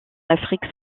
afrique